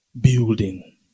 building